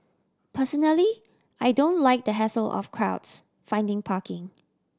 personally I don't like the hassle of crowds finding parking